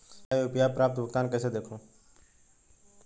मैं यू.पी.आई पर प्राप्त भुगतान को कैसे देखूं?